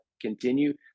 continue